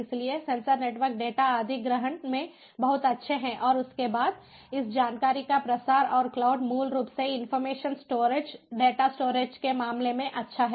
इसलिए sensor network data अधिग्रहण में बहुत अच्छे हैं और उसके बाद इस जानकारी का प्रसार और क्लाउड मूल रूप से इन्फर्मेशन स्टोरिज डेटा स्टोरिज के मामले में अच्छा है